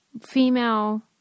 female